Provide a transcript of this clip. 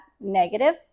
negative